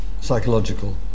psychological